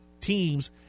teams